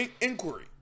inquiry